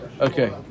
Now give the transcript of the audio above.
Okay